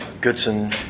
Goodson